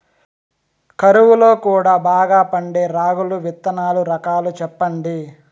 కరువు లో కూడా బాగా పండే రాగులు విత్తనాలు రకాలు చెప్పండి?